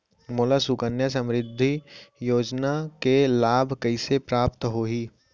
मोला सुकन्या समृद्धि योजना के लाभ कइसे प्राप्त होही?